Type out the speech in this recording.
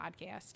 podcast